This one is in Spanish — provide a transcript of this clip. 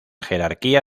jerarquía